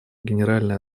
генеральной